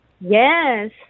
Yes